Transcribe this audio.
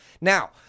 Now